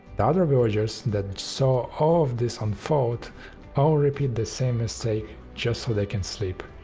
the other villagers that saw all of this unfold all repeat the same mistake just so they can sleep.